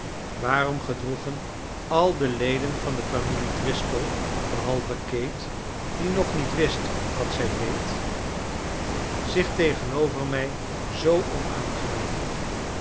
waarom gedroegen al de leden van de familie driscoll behalve kate die nog niet wist wat zij deed zich tegenover mij zoo onaangenaam